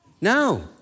No